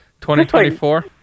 2024